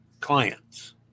clients